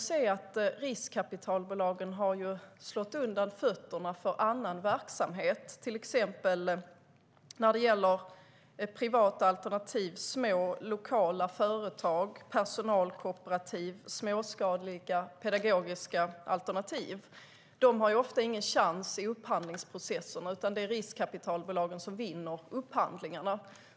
Men riskkapitalbolagen har slagit undan fötterna för annan verksamhet, till exempel när det gäller privata alternativ, små lokala företag, personalkooperativ och småskaliga pedagogiska alternativ. De har ofta ingen chans i upphandlingsprocessen, utan det är riskkapitalbolagen som vinner upphandlingarna.